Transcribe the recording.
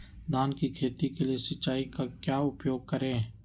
धान की खेती के लिए सिंचाई का क्या उपयोग करें?